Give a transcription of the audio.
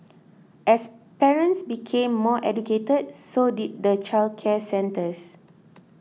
as parents became more educated so did the childcare centres